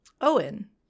Owen